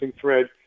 thread